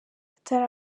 atari